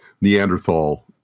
Neanderthal